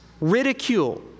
ridicule